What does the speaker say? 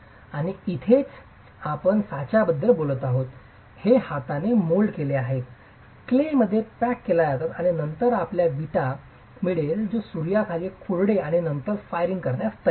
आणि इथेच आपण साचाबद्दल बोलत आहोत हे हाताने मोल्ड केलेले आहेत क्ले मध्ये पॅक केल्या जातात आणि नंतर आपल्याला विट मिळेल जो सूर्याखाली कोरडे आणि नंतर फायरिंग करण्यास तयार आहे